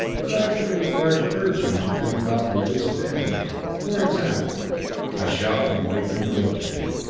but actually requires urging to bring about the release of energy. for example a shout from wade interrupted him.